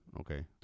Okay